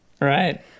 Right